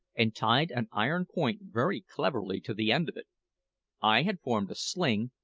and tied an iron point very cleverly to the end of it i had formed a sling,